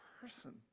person